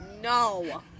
No